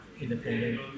independent